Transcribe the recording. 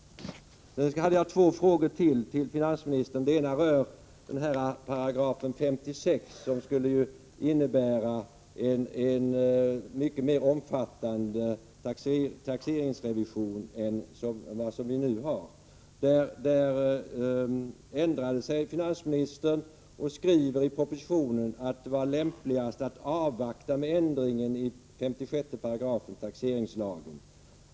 Jag har ytterligare två frågor till finansministern. Den ena rör 56 § som skulle innebära en mer omfattande taxeringsrevision än vad som nu är fallet. I fråga om detta ändrade sig finansministern och skriver i propositionen att det var lämpligast att avvakta med ändringen i 56 § taxeringslagen.